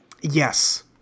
Yes